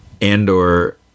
Andor